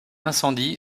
incendie